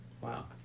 Wow